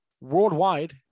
worldwide